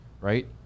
right